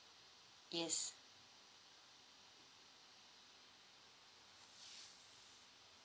yes